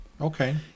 Okay